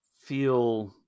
feel